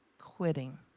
quitting